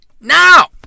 now